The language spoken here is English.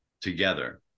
together